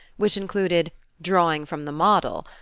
which included drawing from the model,